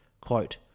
quote